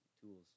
tools